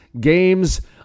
games